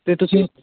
ਅਤੇ ਤੁਸੀਂ